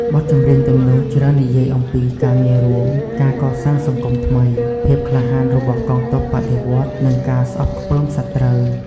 បទចម្រៀងទាំងនោះច្រើននិយាយអំពីការងាររួម ការកសាងសង្គមថ្មី ភាពក្លាហានរបស់កងទ័ពបដិវត្តន៍ និងការស្អប់ខ្ពើមសត្រូវ។